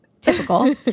typical